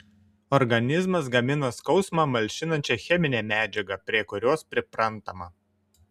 organizmas gamina skausmą malšinančią cheminę medžiagą prie kurios priprantama